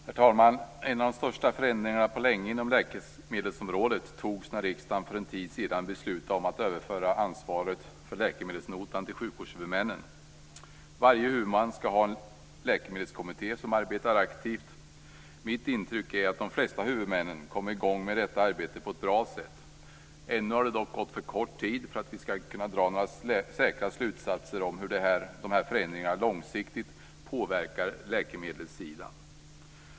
Herr talman! En av de största förändringarna på länge inom läkemedelsområdet genomfördes när riksdagen för en tid sedan beslutade om att överföra ansvaret för läkemedelsnotan till sjukvårdshuvudmännen. Varje huvudman skall ha en läkemedelskommitté som arbetar aktivt. Mitt intryck är att de flesta huvudmän har kommit i gång med detta arbete på ett bra sätt. Än har det dock gått för kort tid för att vi skall kunna dra några säkra slutsatser om hur de här förändringarna långsiktigt påverkar läkemedelssidan.